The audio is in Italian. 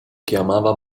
chiamava